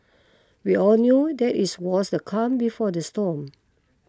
we all knew that it was the calm before the storm